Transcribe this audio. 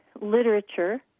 literature